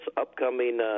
upcoming